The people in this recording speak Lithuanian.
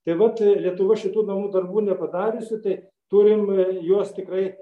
tai vat lietuva šitų namų darbų nepadariusi tai turim juos tikrai